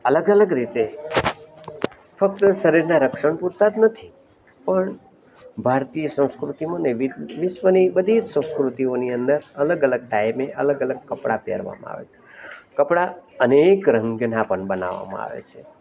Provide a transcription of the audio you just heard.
અલગ અલગ રીતે ફક્ત શરીરના રક્ષણ પૂરતા જ નથી પણ ભારતીય સંસ્કૃતિ મને વિશ્વની બધી સંસ્કૃતિઓની અંદર અલગ અલગ ટાઈમે અલગ અલગ કપડા પહેરવામાં આવે કપડાં અનેક રંગના પણ બનાવવામાં આવે છે